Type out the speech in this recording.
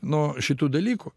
nuo šitų dalykų